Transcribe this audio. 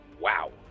Wow